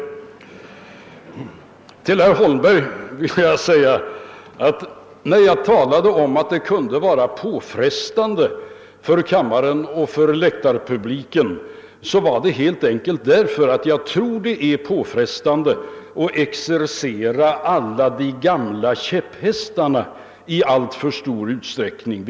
Med anledning av herr Holmbergs anförande vill jag säga att när jag yttrade att det kan vara påfrestande för kammarledamöterna och läktarpubliken var orsaken helt enkelt den, att jag tror det är påfrestande att exercera alla de gamla käpphästarna i alltför stor utsträckning.